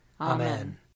Amen